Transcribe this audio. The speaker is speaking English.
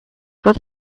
got